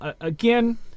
Again